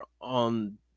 on